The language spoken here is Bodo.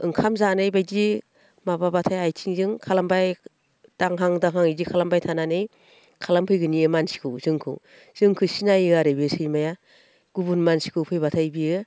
ओंखाम जानाय बायदि माबाब्लाथाय आथिंजों खालामबाय दांहां दांहां इदि खालामबाय थानानै खालामफैगोन इयो मानसिखौ जोंखौ सिनायो आरो बे सैमाया गुबुन मानसिखौ फैब्लाथाय बियो